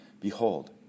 Behold